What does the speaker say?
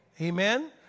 Amen